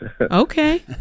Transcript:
okay